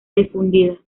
difundida